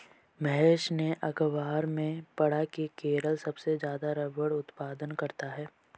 महेश ने अखबार में पढ़ा की केरल सबसे ज्यादा रबड़ उत्पादन करता है